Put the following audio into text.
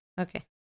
Okay